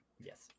Yes